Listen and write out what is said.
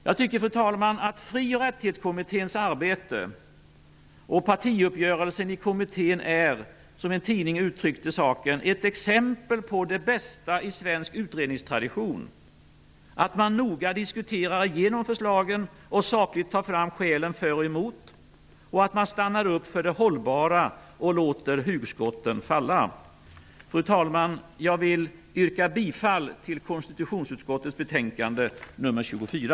Jag tycker, fru talman, att Fri och rättighetskommitténs arbete och partiuppgörelsen i kommittén, som en tidning uttryckt saken, är ett exempel på det bästa i svensk utredningstradition: att man noga diskuterar igenom förslagen och sakligt tar fram skälen för och emot samt att man stannar upp för det hållbara och låter hugskotten falla. Fru talman! Jag yrkar bifall till hemställan i konstitutionsutskottets betänkande nr 24.